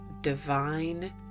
divine